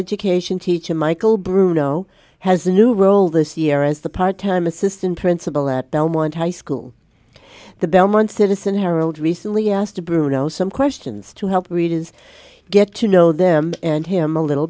education teacher michael bruno has a new role this year as the part time assistant principal at belmont high school the belmont citizen herald recently asked to bruno some questions to help readers get to know them and him a little